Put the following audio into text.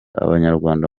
abanyarwanda